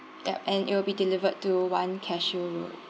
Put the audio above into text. yup that and it will be delivered to one cashew road